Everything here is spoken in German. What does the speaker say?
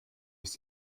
ist